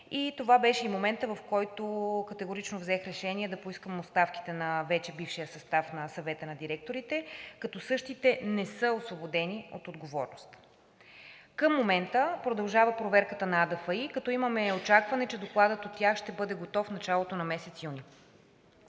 това беше и моментът, в който категорично взех решение да поискам оставките на вече бившия състав на Съвета на директорите, като същите не са освободени от отговорност. Към момента продължава проверката на АДФИ, като имаме очакване, че докладът от тях ще бъде готов в началото на месец юни.